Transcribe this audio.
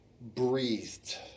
breathed